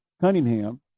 Cunningham